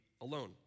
alone